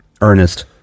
Ernest